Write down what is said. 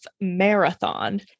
marathon